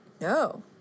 No